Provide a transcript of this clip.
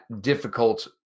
difficult